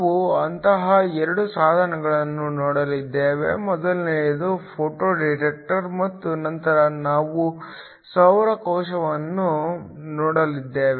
ನಾವು ಅಂತಹ 2 ಸಾಧನಗಳನ್ನು ನೋಡಲಿದ್ದೇವೆ ಮೊದಲನೆಯದು ಫೋಟೋ ಡಿಟೆಕ್ಟರ್ ಮತ್ತು ನಂತರ ನಾವು ಸೌರ ಕೋಶವನ್ನು ನೋಡಲಿದ್ದೇವೆ